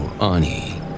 Ani